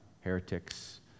heretics